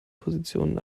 positionen